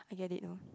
I get it now